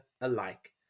alike